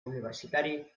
universitari